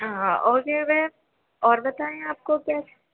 ہاں okay ma'am اور بتائیں آپ کو کیا